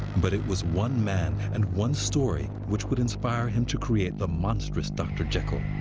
but it was one man, and one story, which would inspire him to create the monstrous dr. jekyll